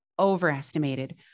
overestimated